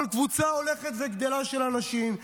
אבל קבוצה הולכת וגדלה של אנשים,